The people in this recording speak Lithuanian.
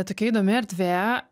tokia įdomi erdvė